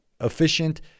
efficient